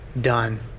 done